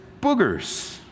boogers